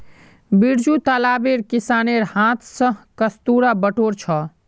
बिरजू तालाबेर किनारेर हांथ स कस्तूरा बटोर छ